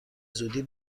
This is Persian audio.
زودی